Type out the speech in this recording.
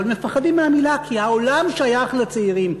אבל מפחדים מהמילה כי "העולם שייך לצעירים".